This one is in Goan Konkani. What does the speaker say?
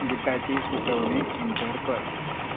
गिताची सुचोवणी एंटर कर